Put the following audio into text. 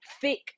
thick